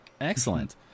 Excellent